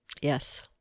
Yes